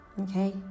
Okay